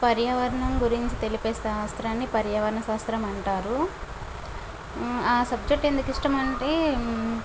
పర్యావరణం గురించి తెలిపే శాస్త్రాన్ని పర్యావరణ శాస్త్రం అంటారు ఆ సబ్జెక్ట్ ఎందుకు ఇష్టం అంటే